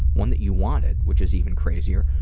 one that you wanted, which is even crazier,